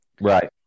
Right